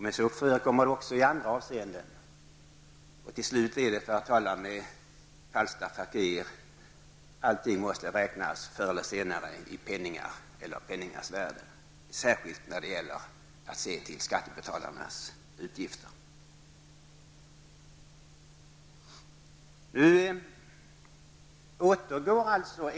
Men detta förekommer även i andra avseenden, och till slut blir det så, för att tala med Falstaff Fakir, att allting måste räknas i penningars värde, särskilt när det gäller att se till skattebetalarnas utgiften.